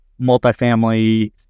multifamily